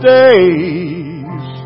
days